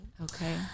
Okay